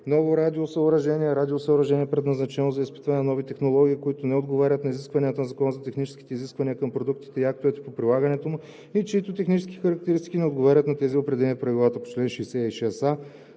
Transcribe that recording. „Ново радиосъоръжение“ е радиосъоръжение, предназначено за изпитване на нови технологии, което не отговаря на изискванията на Закона за техническите изисквания към продуктите и актовете по прилагането му и чиито технически характеристики не отговарят на тези, определени в правилата по чл. 66а,